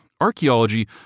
Archaeology